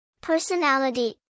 Personality